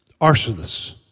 arsonists